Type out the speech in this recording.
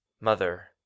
Mother